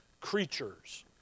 creatures